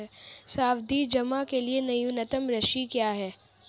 सावधि जमा के लिए न्यूनतम राशि क्या है?